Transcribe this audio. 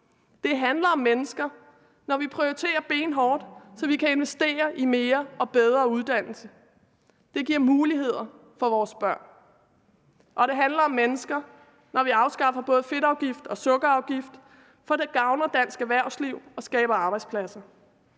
Det handler om mennesker, når vi prioriterer benhårdt, så vi kan investere i mere og bedre uddannelse. Det giver muligheder for vores børn. Og det handler om mennesker, når vi afskaffer både fedtafgift og sukkerafgift, for det gavner dansk erhvervsliv og skaber arbejdspladser.